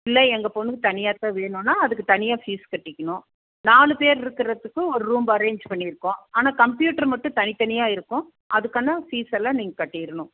இல்லை எங்கள் பொண்ணுக்கு தனியாகத்தான் வேணும்ன்னா அதுக்கு தனியாக ஃபீஸ் கட்டிக்கனும் நாலு பேர் இருக்கிறதுக்கும் ஒரு ரூம் அரேஞ்ச் பண்ணியிருப்போம் ஆனால் கம்ப்யூட்டர் மட்டும் தனித்தனியாக இருக்கும் அதுக்கான ஃபீஸ் எல்லாம் நீங்கள் கட்டிரனும்